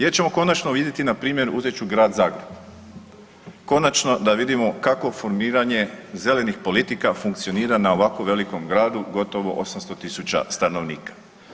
Jer ćemo konačno vidjeti, npr. uzet ću Grad Zagreb, konačno da vidimo kako formiranje zelenih politika funkcionira na ovako velikom gradu, gotovo 800.000 stanovnika.